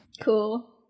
Cool